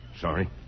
Sorry